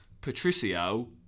Patricio